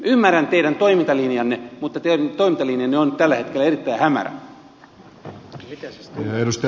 ymmärrän teidän toimintalinjanne mutta teidän toimintalinjanne on nyt tällä hetkellä erittäin hämärä